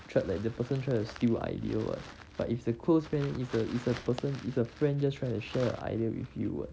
threat like that the person try to steal ideal [what] but is a close friend is a is a person is a friend just trying to share idea with you [what]